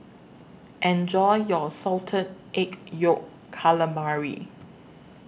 Enjoy your Salted Egg Yolk Calamari